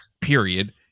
Period